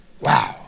Wow